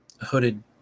hooded